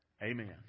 Amen